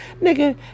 Nigga